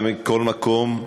ומכל מקום,